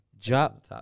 job